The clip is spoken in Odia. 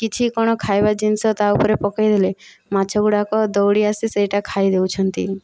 କିଛି କ'ଣ ଖାଇବା ଜିନିଷ ତା' ଉପରେ ପକେଇ ଦେଲେ ମାଛ ଗୁଡ଼ାକ ଦଉଡ଼ି ଆସି ସେଇଟା ଖାଇଦେଉଛନ୍ତି